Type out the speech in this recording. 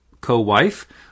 co-wife